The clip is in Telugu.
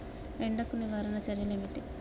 ఎండకు నివారణ చర్యలు ఏమిటి?